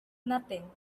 nothing